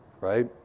right